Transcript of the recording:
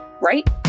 right